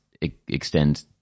extend